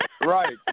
Right